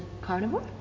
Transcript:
carnivore